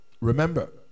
Remember